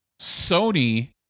Sony